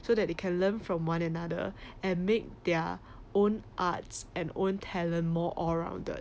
so that they can learn from one another and make their own arts and own talent more all rounded